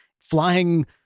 flying